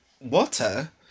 water